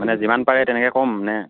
মানে যিমান পাৰে তেনেকৈ ক'ম নে